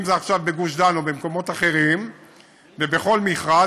אם זה עכשיו בגוש-דן או במקומות אחרים ובכל מכרז,